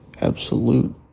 absolute